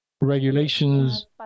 regulations